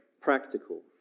practical